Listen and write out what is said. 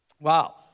Wow